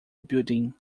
building